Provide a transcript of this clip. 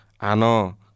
ano